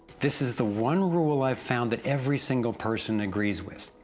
this is the one rule i found, that every single person agrees with,